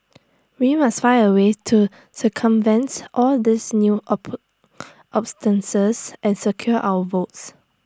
we must find A way to circumvent all these new and secure our votes